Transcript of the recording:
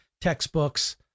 textbooks